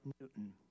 Newton